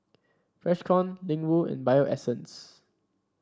Freshkon Ling Wu and Bio Essence